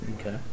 Okay